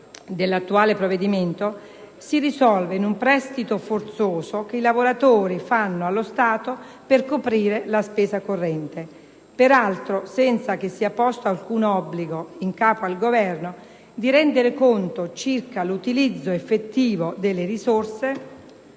2, comma 105, del provvedimento attuale si risolve in un prestito forzoso che i lavoratori fanno allo Stato per coprire la spesa corrente, peraltro senza che sia posto alcun obbligo in capo al Governo di rendere conto circa l'utilizzo effettivo delle risorse